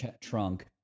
trunk